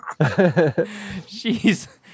Jeez